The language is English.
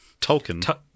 Tolkien